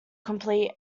complete